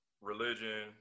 religion